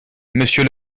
monsieur